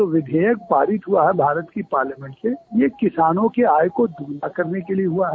जो विधेयक पारित हुआ है भारत की पार्लियामेंट में यह किसानों की आय को दुगना करने के लिये हुआ है